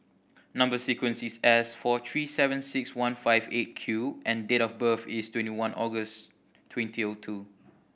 number sequence is S four three seven six one five Eight Q and date of birth is twenty one August twenty O two